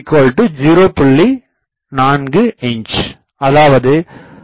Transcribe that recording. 4 inch அதாவது 1